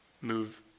move